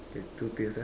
the two pills ah